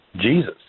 Jesus